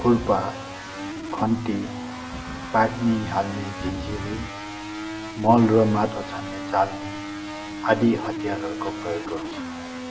खुर्पा खन्ती पानी हाल्ने झिनझिरे मल र माटो छान्ने चाल्नी आदि हतियारहरूको प्रयोग गर्छु